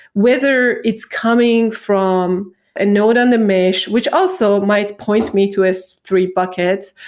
whether it's coming from a note on the mesh, which also might point me to s three bucket.